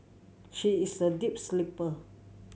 she is a deep sleeper